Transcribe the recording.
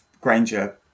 Granger